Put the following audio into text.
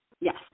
Yes